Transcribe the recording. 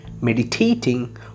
Meditating